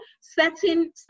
setting